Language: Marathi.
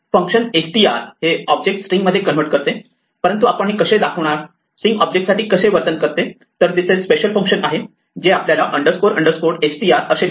फंक्शन str हे ऑब्जेक्ट स्ट्रिंग मध्ये कन्वर्ट करते परंतु आपण हे कसे दाखवणार स्ट्रिंग ऑब्जेक्टसाठी कसे वर्तन करते तर तिथे स्पेशल फंक्शन आहे जे आपण str असे लिहू शकतो